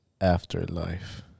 Afterlife